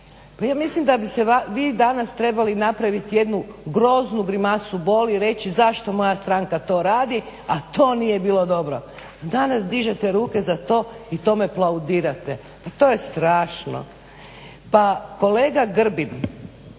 mislim da bi se vi danas trebali napraviti jednu groznu grimasu boli i reći zašto moja stranka to radi, a to nije bilo dobro. Danas dižete ruke za to i tome aplaudirate. Pa to je strašno.